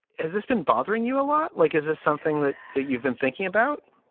has this been bothering you a lot? like is this something that that you've been thinking about?